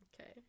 Okay